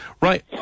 Right